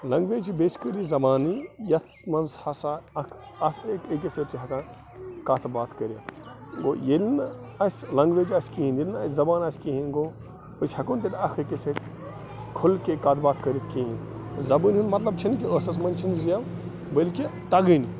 language چھِ basically زبانٕے یَتھ منٛز ہسا اَکھ اَس أکۍ أکِس سۭتۍ چھِ ہٮ۪کان کَتھ باتھ کٔرِتھ گوٚو ییٚلہِ نہٕ اَسہِ لنٛگویج آسہِ کِہیٖنۍ ییٚلہِ نہٕ اَسہِ زبان آسہِ کِہیٖنۍ گوٚو أسۍ ہٮ۪کو نہٕ تیٚلہِ اَکھ أکِس سۭتۍ کھُل کے کَتھ باتھ کٔرِتھ کِہیٖنۍ زَبٲنۍ ہُنٛد مطلب چھُنہٕ کہِ ٲسس منٛز چھِنہٕ زٮ۪و بٔلکہِ تَگٲنی